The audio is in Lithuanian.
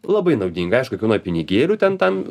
labai naudinga aišku kainuoja pinigėlių ten tam